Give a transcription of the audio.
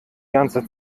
ganze